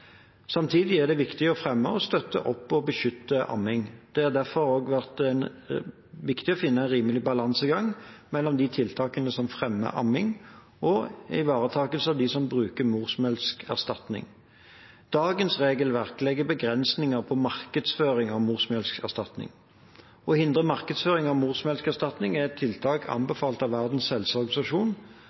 Samtidig er det viktig å fremme, støtte opp om og beskytte amming. Derfor er det også viktig å finne en rimelig balansegang mellom de tiltakene som fremmer amming, og ivaretakelse av de som bruker morsmelkerstatning. Dagens regelverk legger begrensninger på markedsføring av morsmelkerstatning. Å hindre markedsføring av morsmelkerstatning er et tiltak anbefalt av Verdens helseorganisasjon,